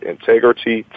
Integrity